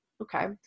Okay